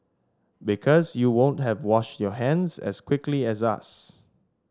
because you won't have washed your hands as quickly as us